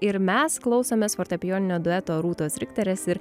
ir mes klausomės fortepijoninio dueto rūtos rikterės ir